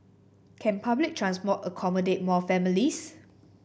can public transport accommodate more families